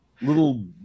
little